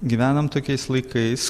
gyvenam tokiais laikais